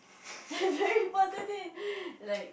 very positive like